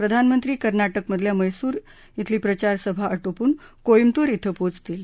प्रधानमंत्री कर्नाटकमधल्या मधूरे खिली प्रचारसभा आटोपून कोईमतूर खिं पोचतील